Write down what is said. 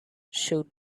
showed